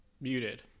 Muted